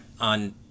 on